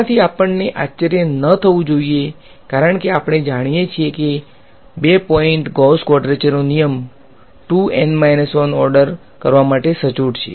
આનાથી આપણને આશ્ચર્ય ન થવું જોઈએ કારણ કે આપણે જાણીએ છીએ કે 2 પોઈન્ટ ગૌસ ક્વાડ્રેચરનો નિયમ 2 N 1 ઓર્ડર કરવા માટે સચોટ છે